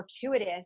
fortuitous